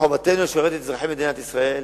מחובתנו לשרת את אזרחי מדינת ישראל,